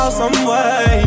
someway